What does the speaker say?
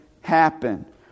happen